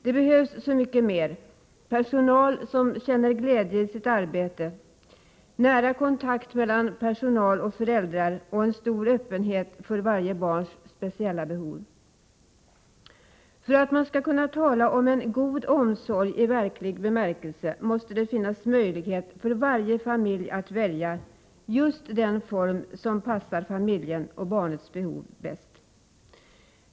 Det behövs så mycket mer — personal som känner glädje i sitt arbete, nära kontakt mellan personal och föräldrar och en stor öppenhet för varje barns speciella behov. För att man skall kunna tala om en god omsorg i verklig bemärkelse måste det finnas möjlighet för varje familj att välja just den omsorgsform som passar familjen och barnets behov bäst.